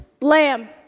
Lamb